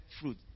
fruit